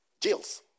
Jails